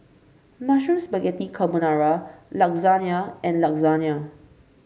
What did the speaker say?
Mushroom Spaghetti Carbonara Lasagne and Lasagne